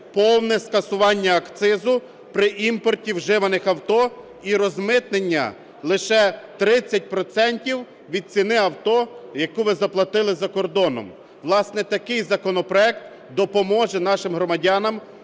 повне скасування акцизу при імпорті вживаних авто і розмитнення лише 30 процентів від ціни авто, яку ви заплатили за кордоном. Власне, такий законопроект допоможе нашим громадянам